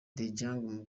dejiang